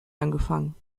angefangen